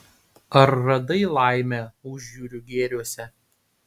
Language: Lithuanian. ar radai laimę užjūrių gėriuose